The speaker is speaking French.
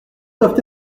doivent